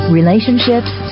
relationships